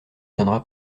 viendra